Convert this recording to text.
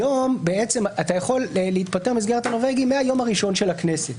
היום אתה יכול להתפטר במסגרת הנורבגי מהיום הראשון של הכנסת.